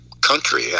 country